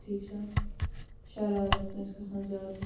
ٹھیٖک چھا شرارَت کٲنٛسہِ کھسَان زیادٕ